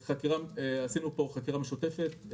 עשינו פה חקירה משותפת.